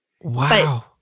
Wow